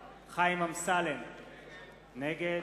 נגד,